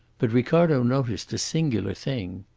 but ricardo noticed a singular thing.